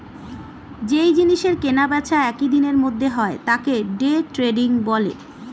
যেই জিনিসের কেনা বেচা একই দিনের মধ্যে হয় তাকে ডে ট্রেডিং বলে